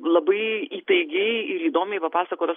labai įtaigiai ir įdomiai papasakotos